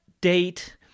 date